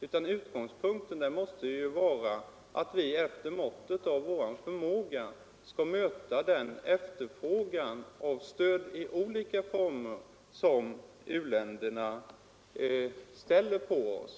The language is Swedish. utan utgångspunkten måste vara att vi efter måttet av vår förmåga skall möta den efterfrågan på stöd i olika former som u-länderna ställer på oss.